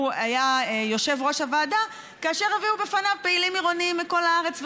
הוא היה יושב-ראש הוועדה כאשר הביאו לפניו פעילים עירוניים מכל הארץ,